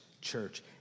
Church